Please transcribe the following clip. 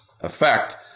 effect